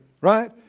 Right